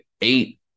eight